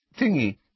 Thingy